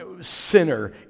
sinner